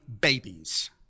babies